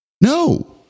No